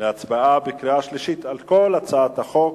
להצבעה בקריאה שלישית על כל הצעת החוק.